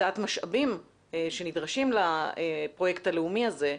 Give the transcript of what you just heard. הקצאת משאבים שנדרשים לפרויקט הלאומי הזה,